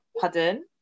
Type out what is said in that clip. Pardon